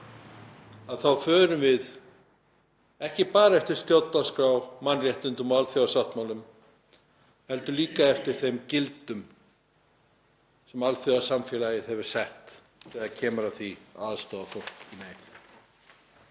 að við förum ekki bara eftir stjórnarskrá, mannréttindum og alþjóðasáttmálum heldur líka eftir þeim gildum sem alþjóðasamfélagið hefur sett þegar kemur að því að aðstoða